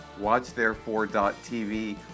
watchtherefore.tv